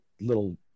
little